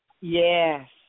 yes